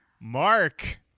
Mark